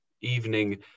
evening